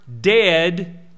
dead